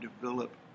develop